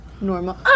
normal